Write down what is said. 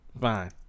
fine